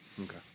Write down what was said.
okay